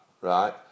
Right